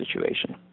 situation